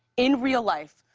in real life,